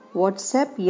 whatsapp